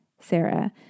Sarah